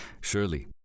Surely